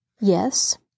Yes